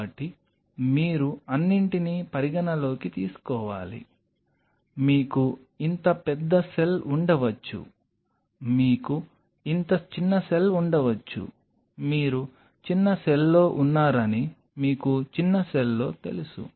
కాబట్టి మీరు అన్నింటినీ పరిగణనలోకి తీసుకోవాలి మీకు ఇంత పెద్ద సెల్ ఉండవచ్చు మీకు ఇంత చిన్న సెల్ ఉండవచ్చు మీరు చిన్న సెల్లో ఉన్నారని మీకు చిన్న సెల్లో తెలుసు